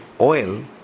oil